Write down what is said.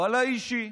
ואללה אישי,